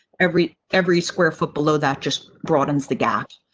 every, every square foot below that just broadens the gap.